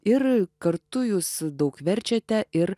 ir kartu jūs daug verčiate ir